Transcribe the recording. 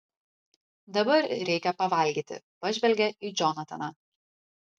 dabar reikia pavalgyti pažvelgia į džonataną